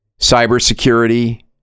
Cybersecurity